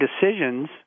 decisions